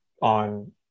on